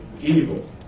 evil